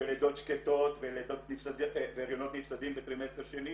לידות שקטות והריונות נפסדים בטרימסטר שני.